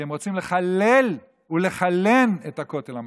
זה כי הם רוצים לחלל ולחלן את הכותל המערבי,